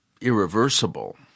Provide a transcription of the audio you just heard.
irreversible